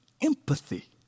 empathy